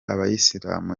abayisilamu